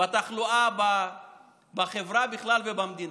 בתחלואה בחברה בכלל ובמדינה.